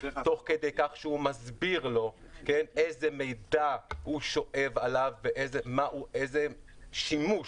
תוך כדי שהוא מסביר לו איזה מידע הוא שואב עליו ואיזה שימוש